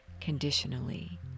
conditionally